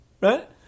Right